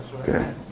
Okay